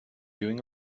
doing